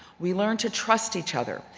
we learn to trust each other.